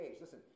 Listen